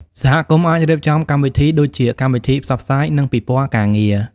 សហគមន៍អាចរៀបចំកម្មវិធីដូចជា កម្មវិធីផ្សព្វផ្សាយ និងពិព័រណ៍ការងារ។